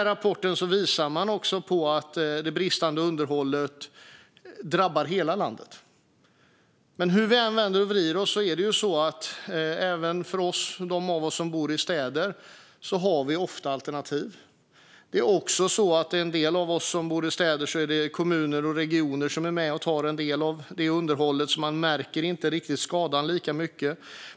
Rapporten visar också att det bristande underhållet drabbar hela landet. Men hur vi än vänder och vrider på det har de av oss som bor i städer ofta alternativ. Det är också så att i en del städer är det kommunen och regionen som står för en del av underhållet, så man märker inte skadan riktigt lika mycket.